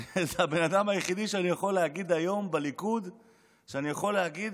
זה האדם היחיד שאני יכול להגיד שיש היום בליכוד שאני יכול להגיד,